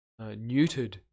neutered